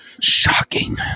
Shocking